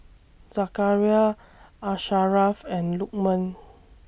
Zakaria Asharaff and Lukman